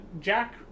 Jack